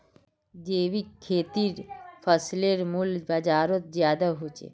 जैविक खेतीर फसलेर मूल्य बजारोत ज्यादा होचे